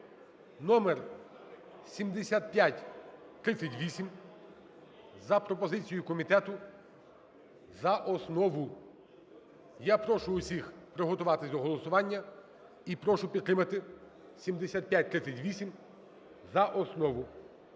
(№ 7538) за пропозицією комітету за основу. Я прошу усіх приготуватись до голосування. І прошу підтримати 7538 за основу.